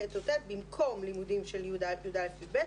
ח' או ט' במקום לימודים של י' עד י"א-י"ב,